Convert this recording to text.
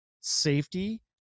safety